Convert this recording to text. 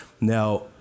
Now